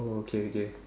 oh okay okay